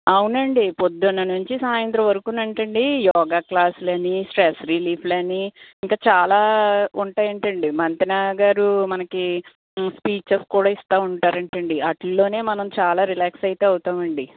అవునండీ పొద్దున నుంచి సాయంత్రం వరక అంటా అండీ యోగ క్లాస్లని స్ట్రెస్ రిలీఫ్లని ఇంకా చాలా ఉంటాయట అండి మంతెన గారు మనకి స్పీచెస్ కూడా ఇస్తూ ఉంటారట అండి వాటిల్లోనే మనం చాలా రిలాక్స్ అయితే అవుతాము అండి